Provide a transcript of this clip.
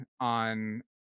on